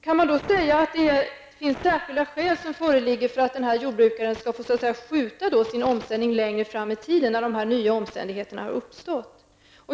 Kan man då säga att det finns särskilda skäl som föreligger för att den här jordbrukaren skall få skjuta sin omställning längre fram i tiden när dessa nya omständigheter har uppstått?